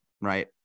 Right